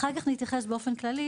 אחר כך נתייחס באופן כללי